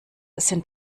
sind